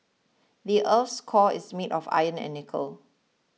the earth's core is made of iron and nickel